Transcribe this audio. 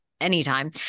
anytime